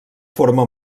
forma